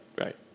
right